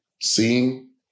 seeing